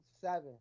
seven